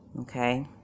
Okay